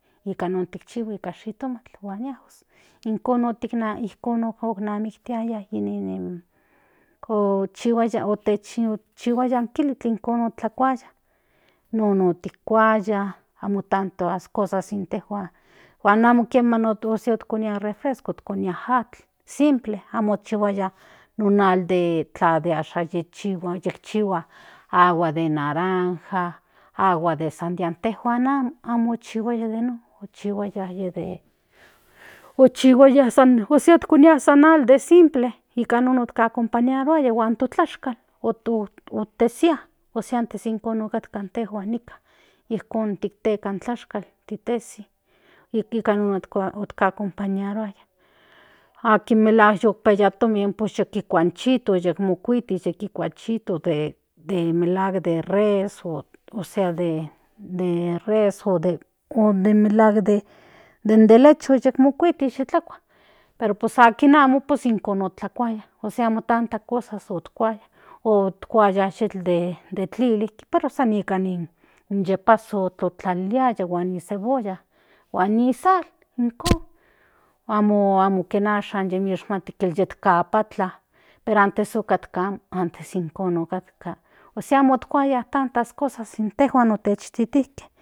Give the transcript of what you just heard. Nikan shitomatl huan ni ajo ijkon onimatiaya in nin okchihuaya okchihuaya san kilitl ijkon otlakuaya non itkuaya amo tanto cosa intejuan huan amo kosa otkonia in refresco intejuan konia atñ simple amo chihuaya in atl de ikchihua agua de naranja agua de sandia inejuan amo ikchihuaya de non okchihuaya ósea koni san atl de simple nikan non acompañaruaya huan to tlashkal tesia psea antes ijkon otkatka intejuan nikan ijko tikteka in tlashkal titesi nikan non acompañaruaya akin melahuak yik piaya tomin pues yekua in chito yikmokuiti se kua chito de melahuak de res ósea de res o de melahuak den de lechon mokuiti yitlakua pero pues akin amo pue ijkon otlakuaaya ósea amo tanta s cosas otkuaya otkuaya yetl de tlili pero sa nikan yepazazol otlaliliaya huan nikan cebolla huan ni sal ijkon amo kinashan yit momati papatla pero antes otkatka amo antes ijkon otkatka ósea amo otkuaya tantas cosas intejuan otechotijtijke.